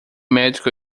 médico